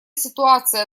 ситуация